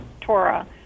Torah